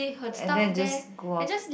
and then just go off